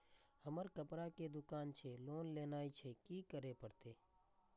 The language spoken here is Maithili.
हमर कपड़ा के दुकान छे लोन लेनाय छै की करे परतै?